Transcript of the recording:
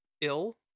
ill